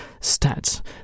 Stats